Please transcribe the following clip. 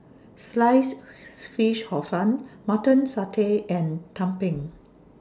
Sliced Fish Hor Fun Mutton Satay and Tumpeng